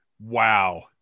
Wow